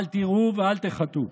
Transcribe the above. אל תיראו ואל תחתו.